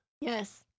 Yes